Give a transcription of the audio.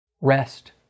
rest